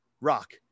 rock